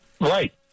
Right